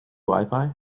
wifi